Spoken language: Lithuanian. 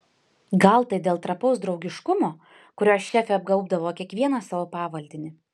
gal tai dėl trapaus draugiškumo kuriuo šefė apgaubdavo kiekvieną savo pavaldinį